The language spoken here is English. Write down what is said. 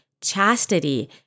chastity